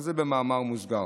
אבל זה במאמר מוסגר.